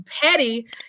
Petty